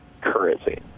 currency